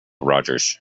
rogers